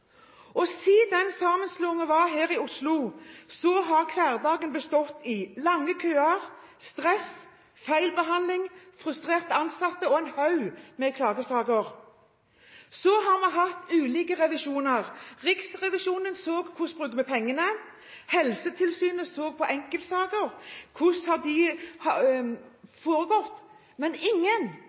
her i Oslo har hverdagen bestått av lange køer, stress, feil behandling, frustrerte ansatte og en haug med klagesaker. Så har vi hatt ulike revisjoner. Riksrevisjonen så på hvordan vi bruker pengene. Helsetilsynet så på enkeltsaker – hva har foregått? Ingen